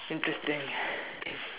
interesting